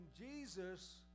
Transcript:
Jesus